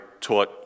taught